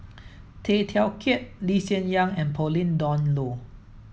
Tay Teow Kiat Lee Hsien Yang and Pauline Dawn Loh